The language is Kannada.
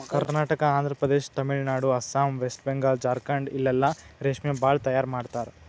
ಕರ್ನಾಟಕ, ಆಂಧ್ರಪದೇಶ್, ತಮಿಳುನಾಡು, ಅಸ್ಸಾಂ, ವೆಸ್ಟ್ ಬೆಂಗಾಲ್, ಜಾರ್ಖಂಡ ಇಲ್ಲೆಲ್ಲಾ ರೇಶ್ಮಿ ಭಾಳ್ ತೈಯಾರ್ ಮಾಡ್ತರ್